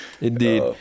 indeed